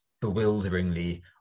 bewilderingly